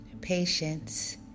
Patience